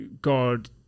God